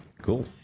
Cool